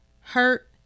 hurt